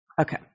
Okay